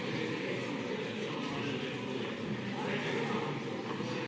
Hvala